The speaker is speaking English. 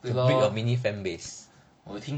build a mini fan base